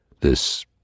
This